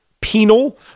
penal